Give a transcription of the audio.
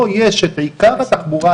שלום לכולכם.